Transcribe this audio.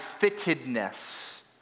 fittedness